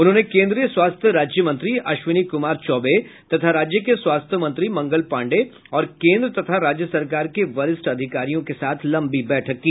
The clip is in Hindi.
उन्होंने केन्द्रीय स्वास्थ्य राज्य मंत्री अश्विनी कुमार चौबे तथा राज्य के स्वास्थ्य मंत्री मंगल पांडे और केन्द्र तथा राज्य सरकार के वरिष्ठ अधिकारियों के साथ लम्बी बैठक की